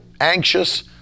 anxious